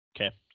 Okay